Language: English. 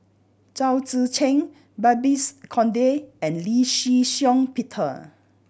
Chao Tzee Cheng Babes Conde and Lee Shih Shiong Peter